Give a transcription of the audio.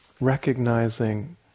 recognizing